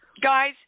Guys